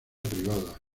privada